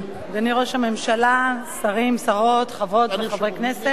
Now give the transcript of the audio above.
אדוני ראש הממשלה, שרים, שרות, חברות וחברי הכנסת,